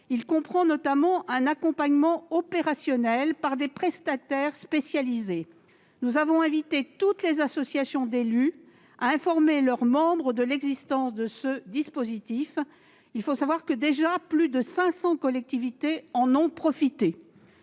comprenant notamment un accompagnement opérationnel effectué par des prestataires spécialisés. Nous avons invité toutes les associations d'élus à informer leurs membres de l'existence de ce dispositif, dont plus de 500 collectivités ont déjà profité.